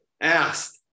asked